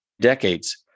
decades